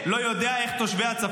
אתה רוצה תשובה?